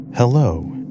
Hello